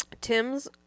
Tim's